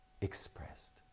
expressed